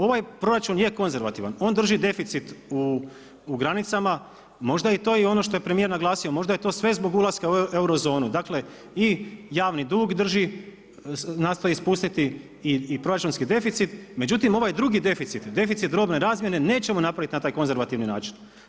Ovaj proračun je konzervativan, on drži deficit u granicama, možda je to ono što je premijer naglasio, možda je to sve zbog ulaska u Euro zonu, dakle i javni dug drži, nastoji spustiti i proračunski deficit, međutim ovo je drugi deficit, deficit robne razmjene nećemo napraviti na taj konzervativni način.